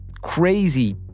crazy